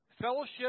fellowship